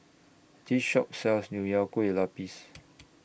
This Shop sells Nonya Kueh Lapis